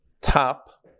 top